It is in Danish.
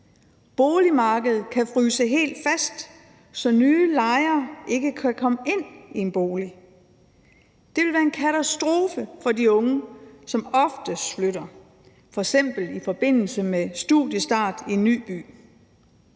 Boligmarkedet kan fryse helt fast, så nye lejere ikke kan komme ind i en bolig. Det ville være en katastrofe for de unge, som oftest flytter, f.eks. i forbindelse med studiestart i en